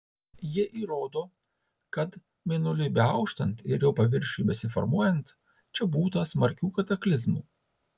jie įrodo kad mėnuliui beauštant ir jo paviršiui besiformuojant čia būta smarkių kataklizmų